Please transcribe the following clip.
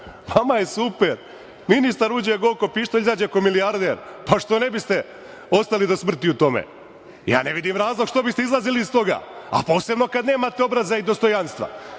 Vama je super. Ministar uđe go ko pištolj a izađe kao milijarder. Zašto ne biste do smrti ostali u tome, ja ne vidim razlog što biste izlazili iz toga? A posebno kad nemate obraza i dostojanstva